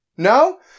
No